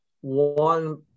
one